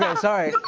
um sorry.